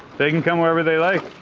they can come wherever they like